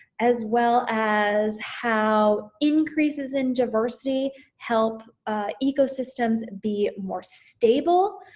as well as how increases in diversity help ecosystems be more stable.